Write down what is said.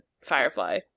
Firefly